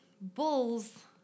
Bulls